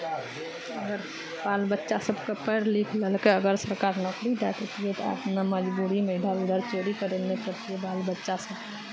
अगर बाल बच्चा सभकेँ पढ़ि लिखि लेलकै अगर सरकार नौकरी दए दैतियै तऽ अपना मजबूरीमे इधर उधर चोरी करय लेल नहि पड़ितियै बाल बच्चासभ